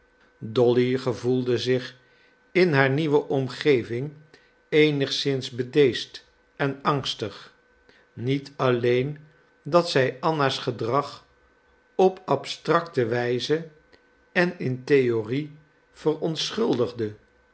dolly gevoelde zich in haar nieuwe omgeving eenigszins bedeesd en angstig niet alleen dat zij anna's gedrag op abstracte wijze en in theorie verontschuldigde